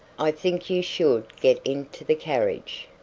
i think you should get into the carriage.